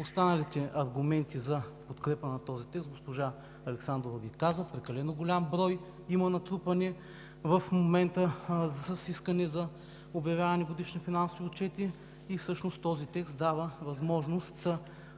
Останалите аргументи за подкрепа на този текст госпожа Александрова Ви каза. Прекалено голям брой натрупвания има в момента с искане за обявяване на годишни финансови отчети и всъщност текстът дава възможност